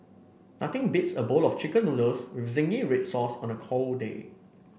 nothing beats a bowl of chicken noodles with zingy red sauce on a cold day